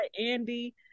andy